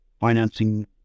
financing